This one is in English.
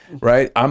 right